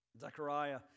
Zechariah